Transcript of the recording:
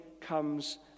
comes